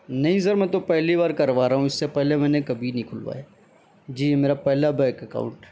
نہیں سر میں تو پہلی بار کروا رہا ہوں اس سے پہلے میں نے کبھی نہیں کھلوایا جی میرا پہلا بینک اکاؤنٹ ہے